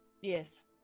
yes